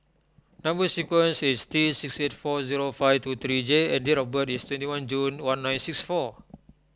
Number Sequence is T six eight four zero five two three J and date of birth is twenty one June one nine six four